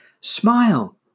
smile